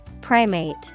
Primate